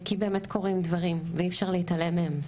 כי באמת קורים דברים ואי אפשר להתעלם מהם.